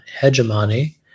hegemony